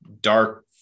dark